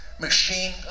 machine